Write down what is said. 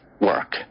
work